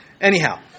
Anyhow